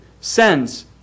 sends